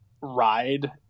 ride